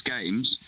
games